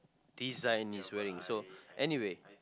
design he's wearing so anyway